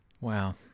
Wow